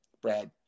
Brad